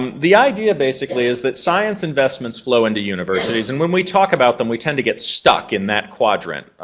um the idea, basically, is that science investments flow into universities and when we talk about them we tend to get stuck in that quadrant.